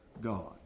god